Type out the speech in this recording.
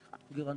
גרונטולוגים,